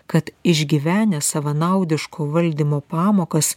kad išgyvenę savanaudiško valdymo pamokas